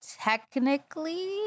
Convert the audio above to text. technically